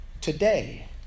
Today